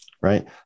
Right